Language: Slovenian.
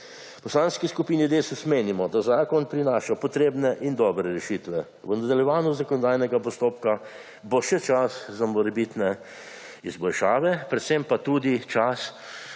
Poslanski skupini Desus menimo, da zakon prinaša potrebne in dobre rešitve. V nadaljevanju zakonodajnega postopka bo še čas za morebitne izboljšave, predvsem pa tudi čas